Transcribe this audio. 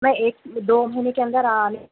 میں ایک دو مہینے کے اندر آنے